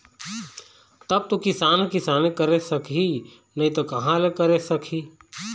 तब तो किसान ह किसानी करे सकही नइ त कहाँ ले करे सकही